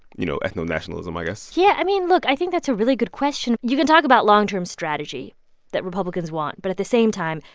you know, ethno-nationalism, i guess? yeah. i mean, look i think that's a really good question. you can talk about long-term strategy that republicans want, but at the same time,